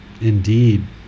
Indeed